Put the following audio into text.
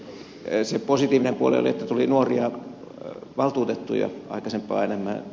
se positiivinen puoli oli että tuli nuoria valtuutettuja aikaisempaa enemmän